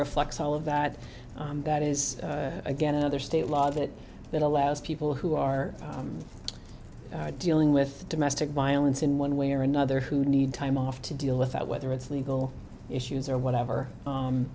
reflects all of that that is again another state law that that allows people who are dealing with domestic violence in one way or another who need time off to deal with that whether it's legal issues or whatever